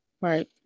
Right